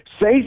say